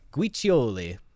Guiccioli